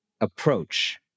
approach